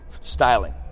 styling